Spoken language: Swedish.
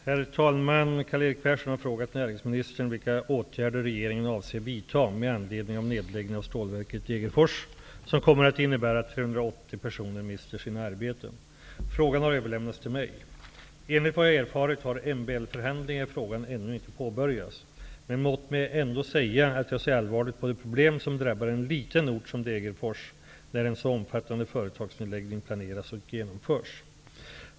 Herr talman! Karl-Erik Persson har frågat näringsministern vilka åtgärder regeringen avser vidta med anledning av nedläggningen av stålverket i Degerfors, som kommer att innebära att 380 Frågan har överlämnats till mig. Enligt vad jag erfarit har MBL-förhandlingar i frågan ännu inte påbörjats, men låt mig ändå säga att jag ser allvarligt på de problem som drabbar en liten ort som Degerfors när en så omfattande företagsnedläggning planeras och genomförs.